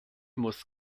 muss